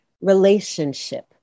relationship